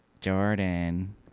Jordan